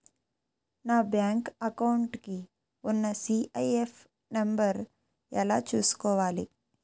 నా bank account కి ఉన్న సి.ఐ.ఎఫ్ నంబర్ ఎలా చూసుకోవాలి?